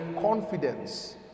confidence